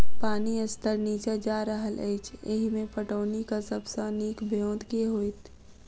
पानि स्तर नीचा जा रहल अछि, एहिमे पटौनीक सब सऽ नीक ब्योंत केँ होइत?